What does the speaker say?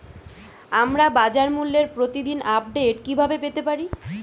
আমরা বাজারমূল্যের প্রতিদিন আপডেট কিভাবে পেতে পারি?